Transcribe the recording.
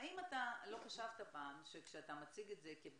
האם אתה לא חשבת פעם שכשאתה מציג את זה כפגישה